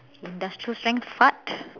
industrial strength fart